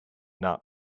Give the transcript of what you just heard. not